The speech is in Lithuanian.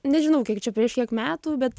nežinau kiek čia prieš kiek metų bet